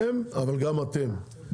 הם אבל גם אתם,